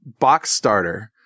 Boxstarter